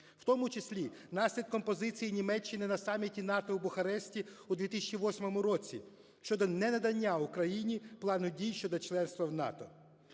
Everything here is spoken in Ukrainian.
в тому числі наслідком позиції Німеччини на саміті НАТО в Бухаресті у 2008 році щодо ненадання Україні Плану дій щодо членства в НАТО.